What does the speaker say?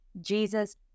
jesus